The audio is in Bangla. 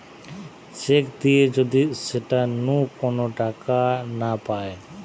চেক দিয়ে যদি সেটা নু কোন টাকা না পায়